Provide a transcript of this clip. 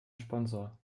sponsor